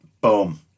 boom